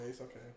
okay